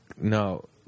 no